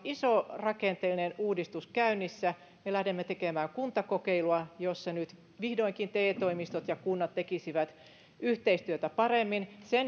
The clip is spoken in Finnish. iso rakenteellinen uudistus käynnissä me lähdemme tekemään kuntakokeilua jossa nyt vihdoinkin te toimistot ja kunnat tekisivät yhteistyötä paremmin